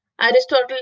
Aristotle